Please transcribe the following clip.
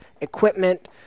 equipment